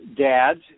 dads